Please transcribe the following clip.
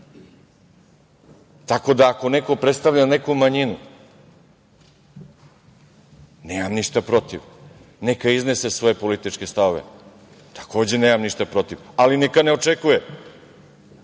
da, ako neko predstavlja neku manjinu, nemam ništa protiv, neka iznese svoje političke stavove, takođe nemam ništa protiv, ali neka ne očekuje